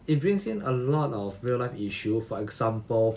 it brings in a lot of real life issue for example